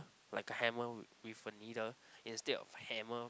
like a hammer with a needle instead of hammer